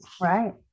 Right